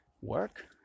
work